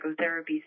psychotherapies